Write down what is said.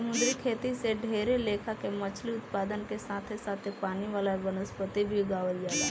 समुंद्री खेती से ढेरे लेखा के मछली उत्पादन के साथे साथे पानी वाला वनस्पति के भी उगावल जाला